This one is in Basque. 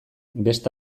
beste